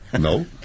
No